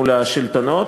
מול השלטונות.